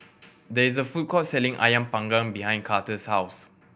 there is a food court selling Ayam Panggang behind Carter's house